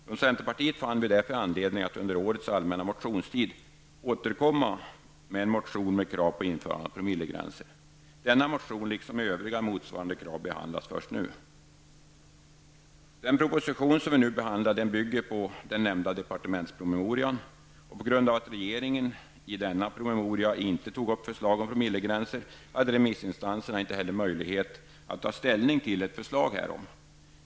Från centerpartiet fann vi därför anledning att under årets allmänna motionstid återkomma med en motion med krav på införande av promillegränser. Denna motion liksom övriga med motsvarande krav behandlas först nu. Den proposition som vi nu behandlar bygger på den nämnda departementspromemorian. På grund av att regeringen i denna promemoria inte tog upp förslag om promillegränser hade remissinstanserna inte heller möjlighet att ta ställning till ett förslag härom.